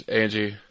angie